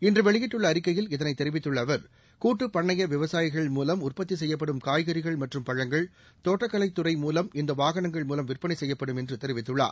இன்று வெளியிட்டுள்ள அறிக்கையில் இதனை தெரிவித்துள்ள அவர் கூட்டுப் பண்ணைய விவசாயிகள் மூலம் உற்பத்தி செய்யப்படும் காய்கறிகள் மற்றும் பழங்கள் தோட்டக்கலைத் துறை மூலம் இந்த வாகனங்கள் மூலம் விற்பனை செய்யப்படும் என்று தெரிவித்துள்ளார்